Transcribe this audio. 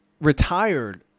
retired